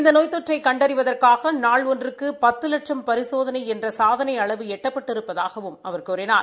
இந்த நோய் தொற்றை கண்டறிவதற்காக நாள் ஒன்றுக்கு பத்து லட்சும் பரிசோதனை என்ற சாதனை அளவு எட்டப்பட்டிருப்பதாகவும் அவர் கூறினார்